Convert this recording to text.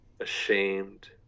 ashamed